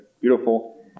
beautiful